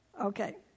okay